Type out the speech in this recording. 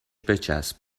بچسب